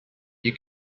you